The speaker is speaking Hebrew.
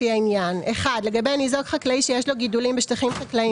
לפי העניין: לגבי ניזוק חקלאי שיש לו גידולים בשטחים חקלאיים